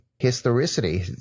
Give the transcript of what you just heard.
historicity